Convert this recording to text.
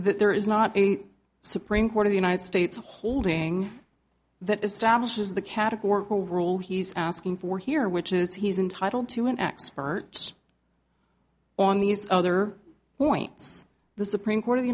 there is not a supreme court of the united states holding that establishes the categorical rule he's asking for here which is he's entitled to an expert on these other points the supreme court of the